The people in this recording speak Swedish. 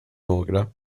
några